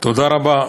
תודה רבה.